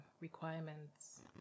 requirements